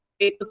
Facebook